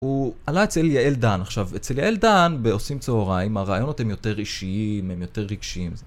הוא עלה אצל יעל דן, עכשיו אצל יעל דן בעושים צהריים הראיונות הם יותר אישיים, הם יותר רגשיים